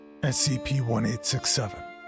SCP-1867